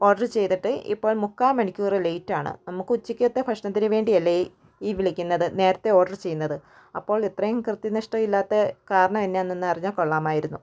order ചെയ്തിട്ട് ഇപ്പോൾ മുക്കാൽ മണിക്കൂറ് ലേറ്റ് ആണ് നമുക്ക് ഉച്ചക്കത്തെ ഭക്ഷണത്തിനു വേണ്ടിയല്ലേ ഈ വിളിക്കുന്നത് നേരത്തെ ഓർഡർ ചെയ്യുന്നത് അപ്പോൾ ഇത്രയും കൃത്യനിഷ്ഠത ഇല്ലാത്ത കാരണം എന്താണെന്ന് ഒന്ന് അറിഞ്ഞാൽ കൊള്ളാമായിരുന്നു